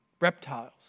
Reptiles